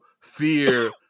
fear